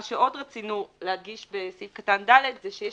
מה שעוד רצינו להדגיש בסעיף קטן (ד) זה שיש